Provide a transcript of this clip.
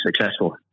successful